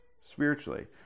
spiritually